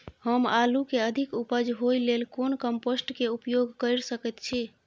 हम आलू के अधिक उपज होय लेल कोन कम्पोस्ट के उपयोग कैर सकेत छी?